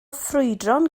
ffrwydron